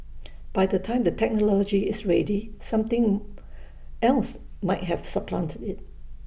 by the time the technology is ready something else might have supplanted IT